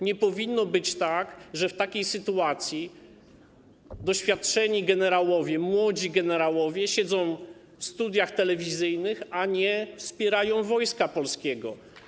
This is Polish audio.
Nie powinno być tak, że w takiej sytuacji doświadczeni generałowie, młodzi generałowie siedzą w studiach telewizyjnych, a nie wspierają Wojska Polskiego.